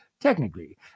technically